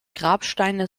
grabsteine